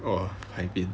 牌匾